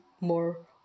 more